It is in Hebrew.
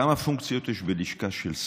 כמה פונקציות יש בלשכה של שר.